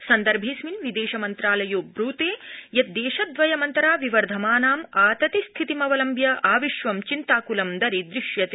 सन्दर्भेंडस्मिन् विदेशमन्त्रालयो ब्रूतेयत् देशद्वयमन्तरा विवर्धमानां आतति स्थितिमवलम्ब्य आविश्वं चिन्ताकृलं दरीदृश्यते